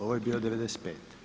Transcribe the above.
Ovo je bio 95.